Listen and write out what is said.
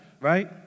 right